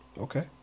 Okay